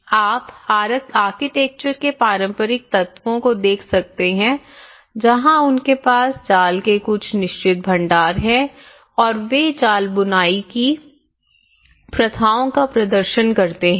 आप आर्किटेक्चर के पारंपरिक तत्वों को देख सकते हैं जहाँ उनके पास जाल के कुछ निश्चित भंडार हैं और वे जाल बुनाई की प्रथाओं का प्रदर्शन करते हैं